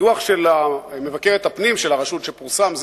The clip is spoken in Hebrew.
דוח של מבקרת הפנים של הרשות שפורסם זה